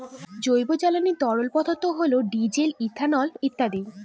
জৈব জ্বালানি তরল পদার্থ হল ডিজেল, ইথানল ইত্যাদি